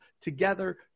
together